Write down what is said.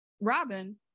Robin